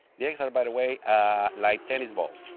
the eggs are, by the way, ah like tennis balls,